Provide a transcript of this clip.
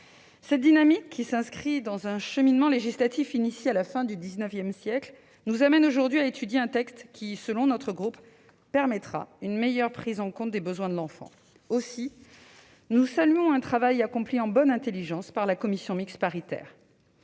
Cette dynamique, qui s'inscrit dans un cheminement législatif entamé à la fin du XIX siècle, nous conduit aujourd'hui à examiner un texte qui, selon notre groupe, permettra une meilleure prise en compte des besoins de l'enfant. Nous saluons donc le travail accompli en bonne intelligence par la commission mixte paritaire.